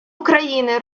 україни